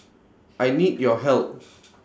I need your help